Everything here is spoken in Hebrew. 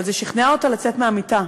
אבל זה שכנע אותה לצאת מהמיטה.